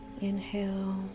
inhale